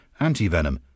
antivenom